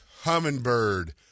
Hummingbird